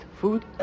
food